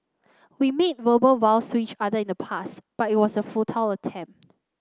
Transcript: we made verbal vows to each other in the past but it was a futile attempt